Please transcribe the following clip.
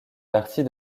partie